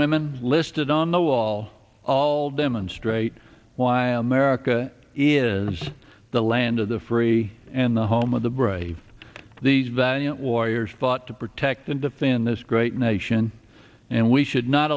women listed on the wall all demonstrate why america is the land of the free and the home of the brave these valiant lawyers fought to protect and defend this great nation and we should not